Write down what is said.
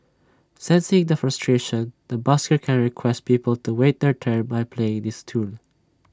sensing the frustration the busker can request people to wait their turn by playing this tune